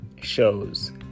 shows